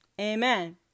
Amen